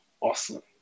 Awesome